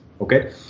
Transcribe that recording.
okay